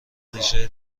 ریشه